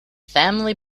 family